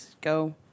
Go